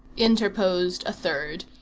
interposed a third,